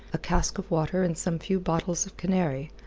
a cask of water and some few bottles of canary,